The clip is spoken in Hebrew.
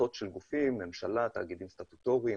קבוצות של גופים ממשלה, תאגידים סטטוטוריים,